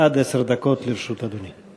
עד עשר דקות לרשות אדוני.